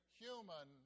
human